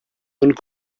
und